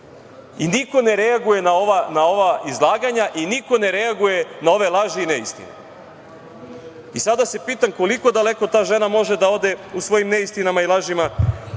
I niko ne reaguje na ova izlaganja i niko ne reaguje na ove laži i neistine. Sada se pitam koliko daleko ta žena može da ode u svojim neistinama i lažima